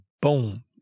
boom